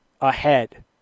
ahead